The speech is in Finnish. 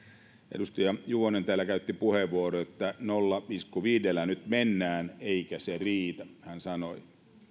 edustaja juvonen täällä käytti puheenvuoron että nolla pilkku viidellä nyt mennään eikä se riitä näin hän sanoi